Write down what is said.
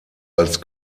als